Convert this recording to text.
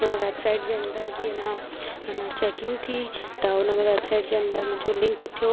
हुन वेबसाइट जे अंदर बि अञा अञा चेकिंग थी त उन में वेबसाइट जे अंदरु मुंहिंजो लिंक थियो